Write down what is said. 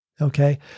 Okay